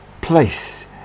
place